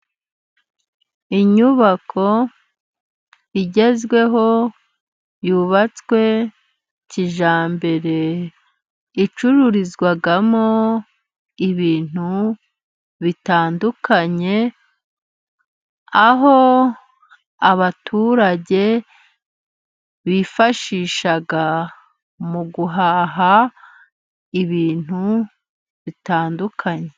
Inyubako igezweho yubatswe kijyambere, icururizwamo ibintu bitandukanye, aho abaturage bifashisha mu guhaha ibintu bitandukanye.